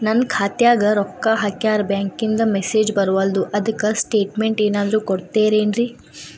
ನನ್ ಖಾತ್ಯಾಗ ರೊಕ್ಕಾ ಹಾಕ್ಯಾರ ಬ್ಯಾಂಕಿಂದ ಮೆಸೇಜ್ ಬರವಲ್ದು ಅದ್ಕ ಸ್ಟೇಟ್ಮೆಂಟ್ ಏನಾದ್ರು ಕೊಡ್ತೇರೆನ್ರಿ?